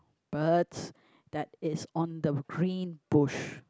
birds that is on the greenbush